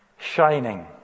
Shining